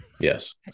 Yes